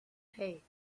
hey